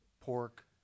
pork